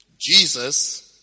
Jesus